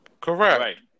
Correct